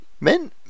men